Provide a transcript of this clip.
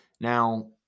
Now